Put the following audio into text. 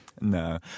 No